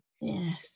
Yes